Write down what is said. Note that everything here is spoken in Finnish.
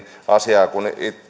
asia kun